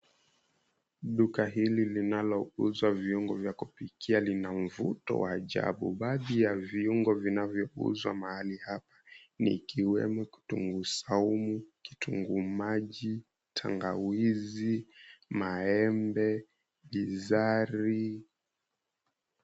Duka hili linalouza viungo vya kupikia Lina mvuto wa ajabu. Baadhi ya viungo vinavyouzwa mahali hapa ni ikiwemo kitunguu saumu, kitunguu maji, tangawizi, maembe, binzari.